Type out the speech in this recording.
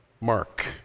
Mark